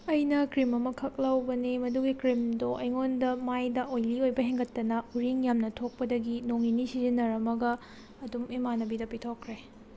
ꯑꯩꯅ ꯀ꯭ꯔꯤꯝ ꯑꯃꯈꯛ ꯂꯧꯕꯅꯦ ꯃꯗꯨꯒꯤ ꯀ꯭ꯔꯤꯝꯗꯣ ꯑꯩꯉꯣꯟꯗ ꯃꯥꯏꯗ ꯑꯣꯏꯂꯤ ꯑꯣꯏꯕ ꯍꯦꯟꯒꯠꯇꯅ ꯎꯔꯤꯡ ꯌꯥꯝꯅ ꯊꯣꯛꯄꯗꯒꯤ ꯅꯣꯡ ꯅꯤꯅꯤ ꯁꯤꯖꯤꯟꯅꯔꯝꯃꯒ ꯑꯗꯨꯝ ꯏꯃꯥꯟꯅꯕꯤꯗ ꯄꯤꯊꯣꯛꯈ꯭ꯔꯦ